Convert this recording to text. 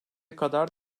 kadar